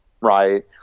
right